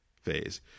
phase